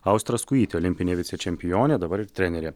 austra skujytė olimpinė vicečempionė dabar ir trenerė